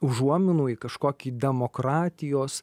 užuominų į kažkokį demokratijos